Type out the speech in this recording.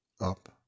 up